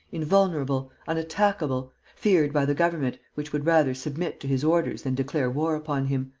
invulnerable, unattackable, feared by the government, which would rather submit to his orders than declare war upon him,